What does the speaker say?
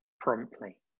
promptly